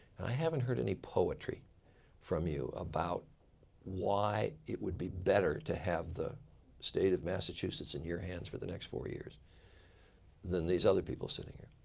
i haven't heard any poetry from you about why it would be better to have the state of massachusetts in your hands for the next four years than these other people sitting here.